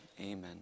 Amen